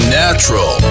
natural